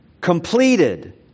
completed